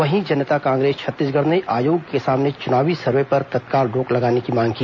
वहीं जनता कांग्रेस छत्तीसगढ़ ने आयोग के सामने चुनावी सर्वे पर तत्काल रोक लगाने की मांग की